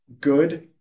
good